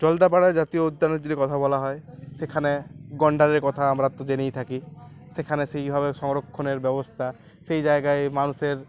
জলদাপড়া জাতীয় উদ্যানের যদি কথা বলা হয় সেখানে গন্ডারের কথা আমরা তো জেনেই থাকি সেখানে সেইভাবে সংরক্ষণের ব্যবস্থা সেই জায়গায় মানুষের